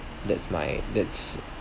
that's my that's